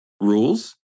rules